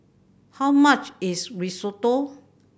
how much is Risotto